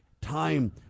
time